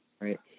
right